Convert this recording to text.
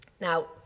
Now